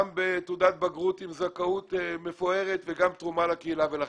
גם בתעודת בגרות עם זכאות מפוארת וגם תרומה לקהילה ולחברה.